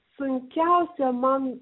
sunkiausia man